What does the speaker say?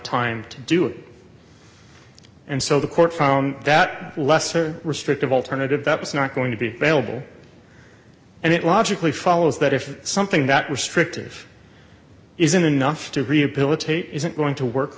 time to do it and so the court found that lesser restrictive alternative that was not going to be available and it logically follows that if something that restrictive isn't enough to rehabilitate isn't going to work